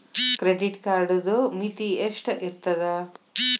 Credit ಕಾರ್ಡದು ಮಿತಿ ಎಷ್ಟ ಇರ್ತದ?